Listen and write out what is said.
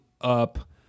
up